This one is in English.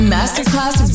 Masterclass